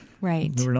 Right